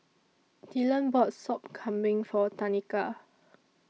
Dylan bought Sop Kambing For Tanika